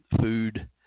food